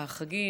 בחגים,